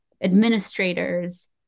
administrators